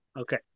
Okay